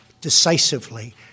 decisively